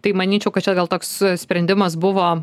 tai manyčiau kad čia gal toks sprendimas buvo